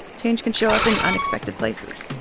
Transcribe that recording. change can show up in unexpected places